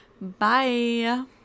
Bye